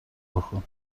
بکن